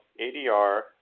ADR